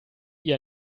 ihr